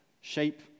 shape